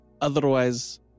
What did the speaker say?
Otherwise